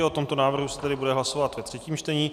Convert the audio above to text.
O tomto návrhu se tedy bude hlasovat ve třetím čtení.